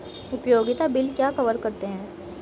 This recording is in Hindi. उपयोगिता बिल क्या कवर करते हैं?